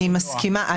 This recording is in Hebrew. אני מסכימה,